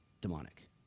demonic